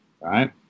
right